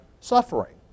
suffering